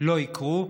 לא יקרה.